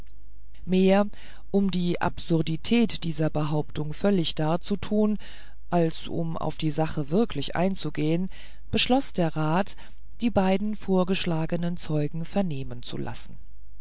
mehr um die absurdität dieser behauptung völlig darzutun als um auf die sache wirklich einzugehen beschloß der rat die beiden vorgeschlagenen zeugen vernehmen zu lassen